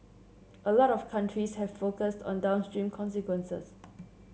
a lot of countries have focused on downstream consequences